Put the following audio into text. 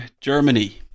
Germany